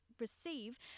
receive